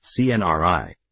cnri